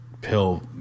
pill